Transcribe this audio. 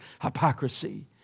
hypocrisy